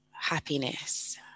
happiness